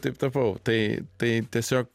taip tapau tai tai tiesiog